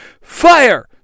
Fire